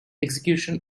execution